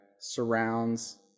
surrounds